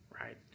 Right